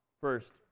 First